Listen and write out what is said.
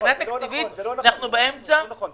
מבחינה תקציבית אנחנו באמצע -- זה לא נכון,